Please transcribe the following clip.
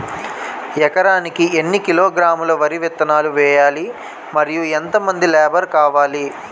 ఎకరానికి ఎన్ని కిలోగ్రాములు వరి విత్తనాలు వేయాలి? మరియు ఎంత మంది లేబర్ కావాలి?